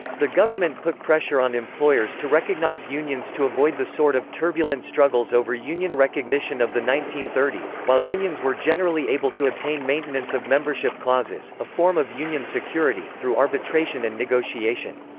the government put pressure on employers to recognize unions to avoid the sort of turbulent struggles over union recognition of the nineteen thirty s, while unions were generally able to obtain maintenance of membership clauses, a form of union security, through arbitration and negotiation.